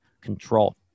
control